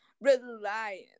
reliant